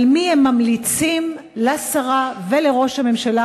על מי הם ממליצים לשרה ולראש הממשלה,